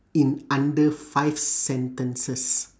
in under five sentences